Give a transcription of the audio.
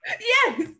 Yes